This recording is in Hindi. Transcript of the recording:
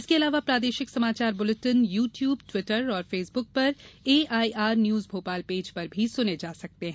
इसके अलावा प्रादेशिक समाचार बुलेटिन यू ट्यूब ट्विटर और फेसबुक पर एआईआर न्यूज भोपाल पेज पर सुने जा सकते हैं